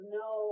no